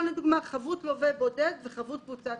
חבות לווה בודד וחבות קבוצת